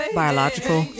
biological